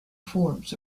forbes